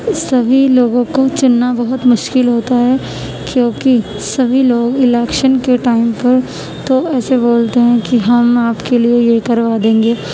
سبھی لوگوں کو چننا بہت مشکل ہوتا ہے کیونکہ سبھی لوگ الیکشن کے ٹائم پہ تو ایسے بولتے ہیں کہ ہم آپ کے لیے یہ کروا دیں گے